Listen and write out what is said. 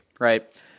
right